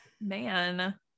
man